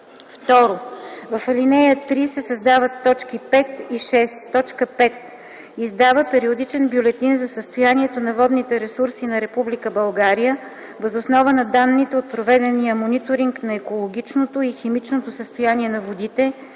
2. В ал. 3 се създават т. 5 и 6: „5. издава периодичен бюлетин за състоянието на водните ресурси на Република България въз основа на данните от проведения мониторинг на екологичното и химичното състояние на водите